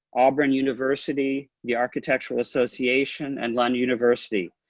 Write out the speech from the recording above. auburn university, the architectural association, and lund university.